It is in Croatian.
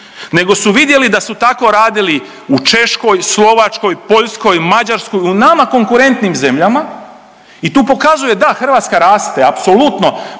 nego su vidjeli da su tako radili u Češkoj, Slovačkoj, Poljskoj, Mađarskoj, u nama konkurentnim zemljama i tu pokazuje da, Hrvatska raste. Apsolutno